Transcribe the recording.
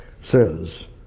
says